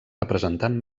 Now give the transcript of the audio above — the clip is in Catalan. representant